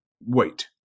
Wait